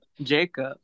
Jacob